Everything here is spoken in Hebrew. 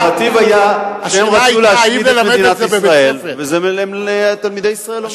הנרטיב היה שהם רצו להשמיד את מדינת ישראל ואת זה תלמידי ישראל לומדים.